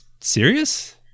serious